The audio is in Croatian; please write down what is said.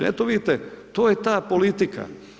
Eto vidite, to je ta politika.